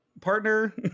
partner